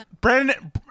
Brandon